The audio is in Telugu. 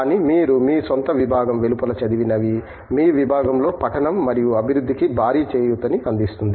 కానీ మీరు మీ స్వంత విభాగం వెలుపల చదివినవి మీ విబాగంలో పఠనం మరియు అభివృద్ధికి భారీ చేయూతని అందిస్తుంది